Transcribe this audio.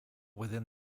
within